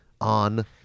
on